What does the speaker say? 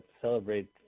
Celebrate